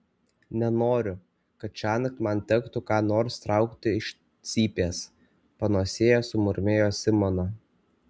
nenoriu kad šiąnakt man tektų ką nors traukti iš cypės panosėje sumurmėjo simona